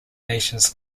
nations